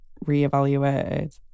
re-evaluated